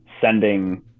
sending